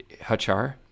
Hachar